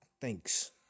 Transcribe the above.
Thanks